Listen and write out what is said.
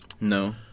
No